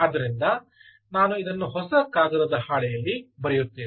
ಆದ್ದರಿಂದ ನಾನು ಇದನ್ನು ಹೊಸ ಕಾಗದದ ಹಾಳೆಯಲ್ಲಿ ಬರೆಯುತ್ತೇನೆ